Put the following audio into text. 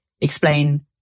explain